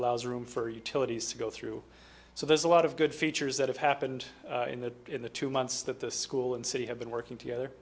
allows room for utilities to go through so there's a lot of good features that have happened in the in the two months that the school and city have been working together